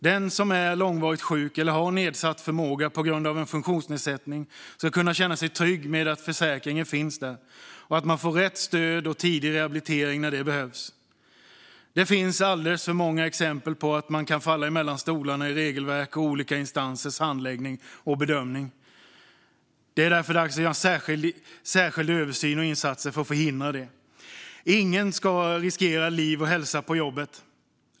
Den som är långvarigt sjuk eller har nedsatt förmåga på grund av en funktionsnedsättning ska kunna känna sig trygg med att försäkringen finns där och att man får rätt stöd och tidig rehabilitering när det behövs. Det finns alldeles för många exempel på att man kan falla mellan stolarna i regelverk och olika instansers handläggning och bedömning. Det är därför dags att göra en särskild översyn och särskilda insatser för att förhindra det. Ingen ska riskera liv och hälsa på jobbet.